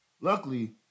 Luckily